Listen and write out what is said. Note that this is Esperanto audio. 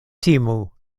timu